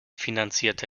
finanzierte